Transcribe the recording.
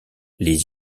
les